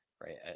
right